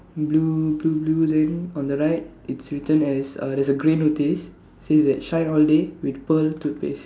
blue blue blue then on the right it's written as uh there's a grey notice it says shine all day with pearl toothpaste